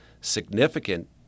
significant